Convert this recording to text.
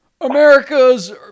America's